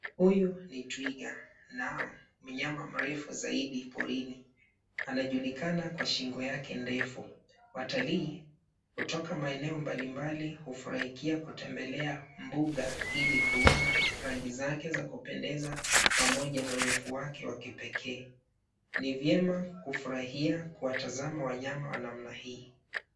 Huyu ni twiga na mnyama mrefu zaidi porini. Anajulikana kwa shingo yake ndefu . Watalii kutoka maeneo mbalimbali hufurahia kutembelea mbuga ili kuona rangi zake za kupendeza pamoja na urefu wake wa kipekee. Ni vyema kufurahia kuwatazama wanyama namna hii.